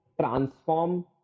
transform